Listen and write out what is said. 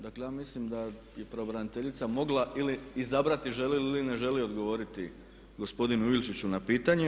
Dakle ja mislim da je pravobraniteljica mogla ili izabrati želi li ili ne želi odgovoriti gospodinu Ilčiću na pitanje.